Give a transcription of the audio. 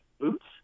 boots